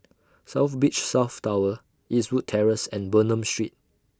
South Beach South Tower Eastwood Terrace and Bernam Street